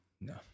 no